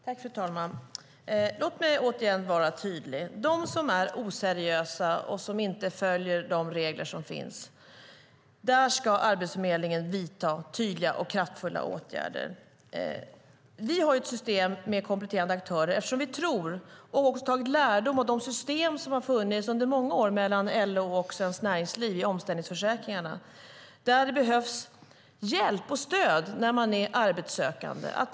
Fru talman! Låt mig återigen vara tydlig. När det gäller dem som är oseriösa och inte följer de regler som finns ska Arbetsförmedlingen vidta tydliga och kraftfulla åtgärder. Vi har ett system med kompletterande aktörer eftersom vi tror på det och tagit lärdom av de system som funnits under många år mellan LO och Svenskt Näringsliv i omställningsförsäkringarna. Det behövs hjälp och stöd när människor är arbetssökande.